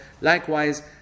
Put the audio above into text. likewise